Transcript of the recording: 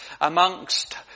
amongst